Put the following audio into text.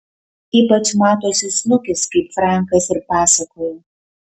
ypač matosi snukis kaip frankas ir pasakojo